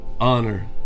honor